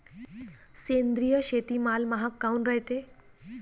सेंद्रिय शेतीमाल महाग काऊन रायते?